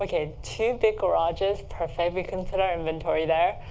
ok, two big garages perfect we can put our inventory there.